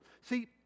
See